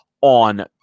on